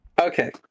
Okay